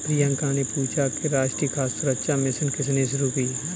प्रियंका ने पूछा कि राष्ट्रीय खाद्य सुरक्षा मिशन किसने शुरू की?